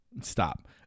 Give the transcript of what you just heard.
Stop